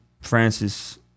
Francis